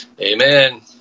Amen